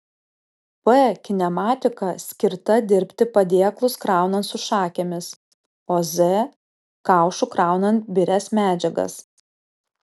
p kinematika skirta dirbti padėklus kraunant su šakėmis o z kaušu kraunant birias medžiagas